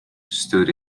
stood